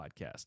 podcast